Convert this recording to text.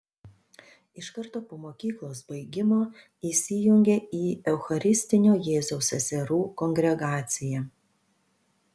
iš karto po mokyklos baigimo įsijungė į eucharistinio jėzaus seserų kongregaciją